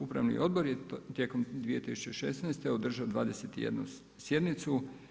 Upravni odbor je tijekom 2016. održao 21 sjednicu.